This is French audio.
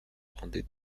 bordée